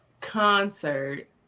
Concert